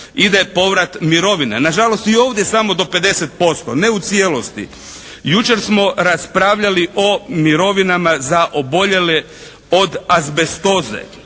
Ide povrat mirovina. Nažalost i ovdje samo do 50%. Ne u cijelosti. Jučer smo raspravljali o mirovinama za oboljele od azbestoze.